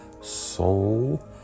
soul